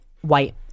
white